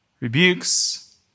rebukes